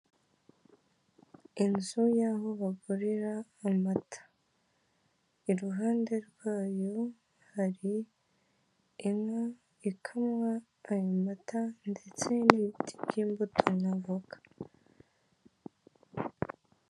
Inzu y'aho bagurira amata, iruhande rw'ayo hari inka ikamwa ayo mata ndetse n'ibiti by'imbuto na avoka.